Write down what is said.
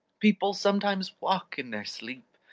people sometimes walk in their sleep,